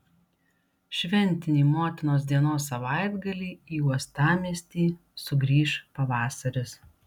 šventinį motinos dienos savaitgalį į uostamiestį sugrįš pavasaris